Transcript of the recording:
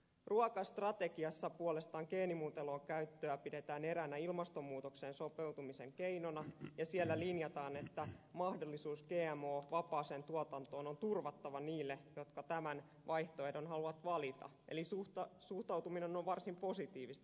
ruokastrategiassa puolestaan geenimuuntelun käyttöä pidetään eräänä ilmastonmuutokseen sopeutumisen keinona ja siellä linjataan että mahdollisuus gmo vapaaseen tuotantoon on turvattava niille jotka tämän vaihtoehdon haluavat valita eli suhtautuminen on varsin positiivista